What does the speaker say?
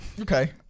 Okay